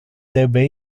debe